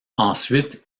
ensuite